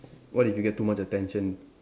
what if you get too much attention